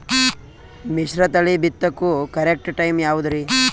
ಮಿಶ್ರತಳಿ ಬಿತ್ತಕು correct time ಯಾವುದರಿ?